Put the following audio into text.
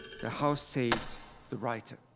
the house saved the writer,